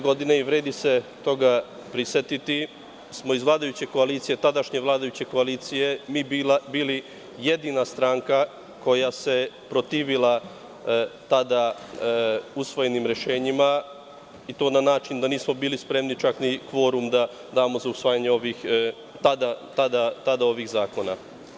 Godine 2008, vredi se toga prisetiti, smo iz vladajuće koalicije, tadašnje vladajuće koalicije, mi bili jedina stranka koja se protivila tada usvojenim rešenjima i to na način da nismo bili spremni čak ni kvorum tada da damo za usvajanje ovih zakona.